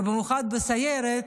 במיוחד בסיירת,